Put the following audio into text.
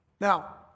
Now